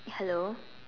hello